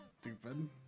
stupid